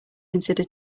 consider